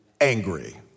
angry